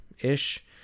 ish